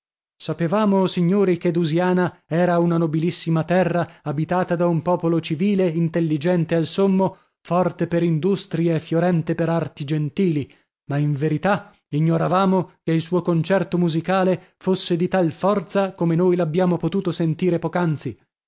sapevamo o signori che dusiana era una nobilissima terra abitata da un popolo civile intelligente al sommo forte per industrie fiorente per arti gentili ma in verità ignoravamo che il suo concerto musicale fosse di tal forza come noi l'abbiamo potuto sentire